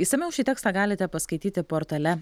išsamiau šį tekstą galite paskaityti portale